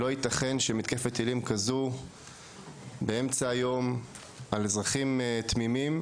לא יתכן שתהיה מתקפת טילים כזו באמצע היום על אזרחים תמימים.